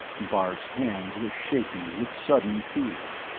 bart's hands were shaking with sudden fear.